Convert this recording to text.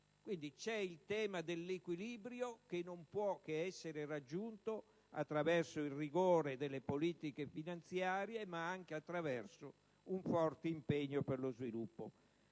Quindi, c'è il tema dell'equilibrio, che non può essere raggiunto solo attraverso il rigore delle politiche finanziarie: occorre anche un forte impegno per lo sviluppo.